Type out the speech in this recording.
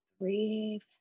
three